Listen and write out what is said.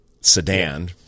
sedan